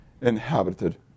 inhabited